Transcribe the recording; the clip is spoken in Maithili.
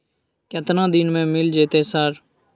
केतना दिन में मिल जयते सर?